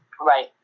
Right